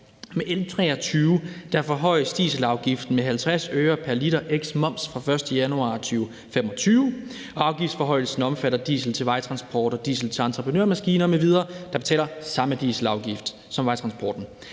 Med L 23 forhøjes dieselafgiften med 50 øre pr. liter, eksklusive moms, fra den 1. januar 2025. Afgiftsforhøjelsen omfatter diesel til vejtransport og diesel til entreprenørmaskiner m.v., der betaler samme dieselafgift som vejtransporten.